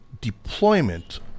deployment